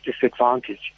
disadvantage